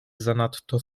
zanadto